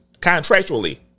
Contractually